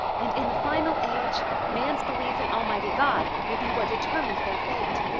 and in the final age, man's belief in almighty god will be what determines their fate.